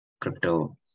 crypto